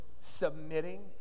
Submitting